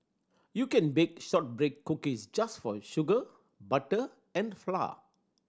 you can bake shortbread cookies just for sugar butter and flour